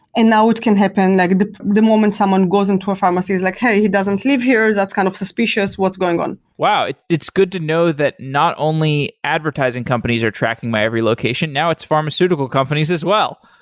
and now it can happen, like the the moment someone goes into a pharmacy, it's like, hey, he doesn't live here. that's kind of suspicious. what's going on? wow! it's good to know that not only advertising companies are tracking my every location. now it's pharmaceutical companies as well.